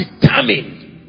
determined